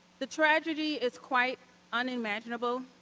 the tragedy is quite unimaginable,